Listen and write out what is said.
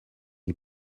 est